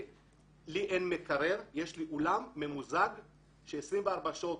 לי אין מקרר אלא יש לי אולם ממוזג שעובד במשך 24 שעות